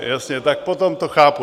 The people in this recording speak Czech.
Jasně, potom to chápu.